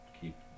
Keep